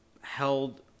held